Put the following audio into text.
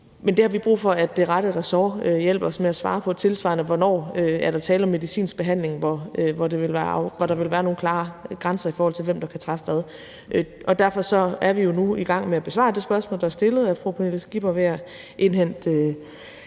men det har vi brug for at det rette ressort hjælper os med at svare på. Tilsvarende gælder spørgsmålet om, hvornår der er tale om medicinsk behandling, hvor der vil være nogle klare grænser, i forhold til hvem der kan træffe hvilke beslutninger. Derfor er vi nu i gang med at besvare det spørgsmål, der er stillet af fru Pernille Skipper, ved at indhente